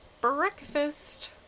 breakfast